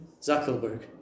Zuckerberg